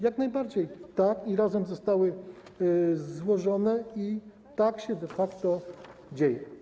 Jak najbardziej tak, razem zostały złożone, tak się de facto dzieje.